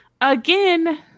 again